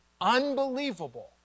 Unbelievable